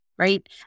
right